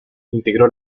integró